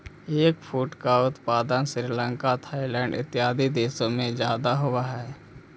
eggfruit का उत्पादन Sri Lanka Thailand इत्यादि देशों में ज्यादा होवअ हई